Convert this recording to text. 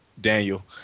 Daniel